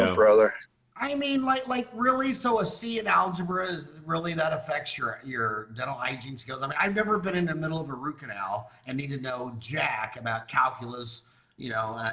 ah i mean like like really so a c and algebra is really that affects your your dental hygiene skills i mean i've never been in the middle of a root canal and need to know jack about calculus you know.